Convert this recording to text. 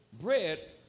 bread